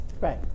Right